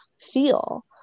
feel